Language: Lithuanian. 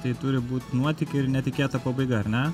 tai turi būt nuotykių ir netikėta pabaiga ar ne